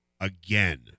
again